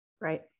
right